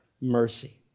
mercy